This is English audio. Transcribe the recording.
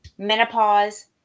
menopause